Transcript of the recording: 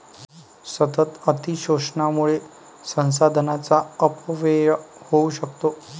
सतत अतिशोषणामुळे संसाधनांचा अपव्यय होऊ शकतो